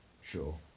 Sure